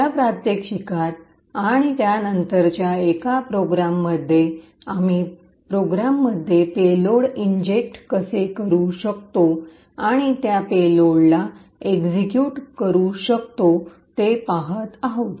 या प्रात्यक्षिकात आणि त्यानंतरच्या एका प्रोग्राममध्ये आम्ही प्रोग्राममध्ये पेलोड इंजेक्ट कसे करू शकतो आणि त्या पेलोडला एक्सिक्यूट करू शकतो हे पहात आहोत